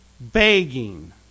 begging